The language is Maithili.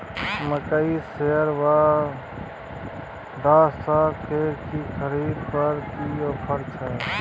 मकई शेलर व डहसकेर की खरीद पर की ऑफर छै?